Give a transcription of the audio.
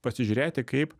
pasižiūrėti kaip